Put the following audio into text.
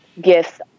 gifts